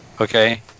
okay